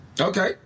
Okay